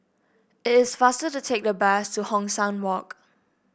it is faster to take the bus to Hong San Walk